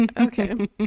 Okay